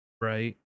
right